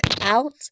out